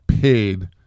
paid